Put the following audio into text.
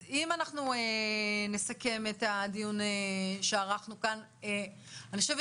אם אנחנו נסכם את הדיון שערכנו כאן, אני חושבת